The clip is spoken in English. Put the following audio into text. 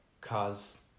cause